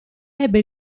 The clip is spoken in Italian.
ebbe